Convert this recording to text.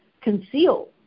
conceal